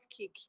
kick